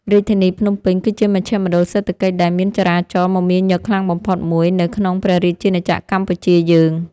រាជធានីភ្នំពេញគឺជាមជ្ឈមណ្ឌលសេដ្ឋកិច្ចដែលមានចរាចរណ៍មមាញឹកខ្លាំងបំផុតមួយនៅក្នុងព្រះរាជាណាចក្រកម្ពុជាយើង។